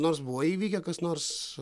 nors buvo įvykę kas nors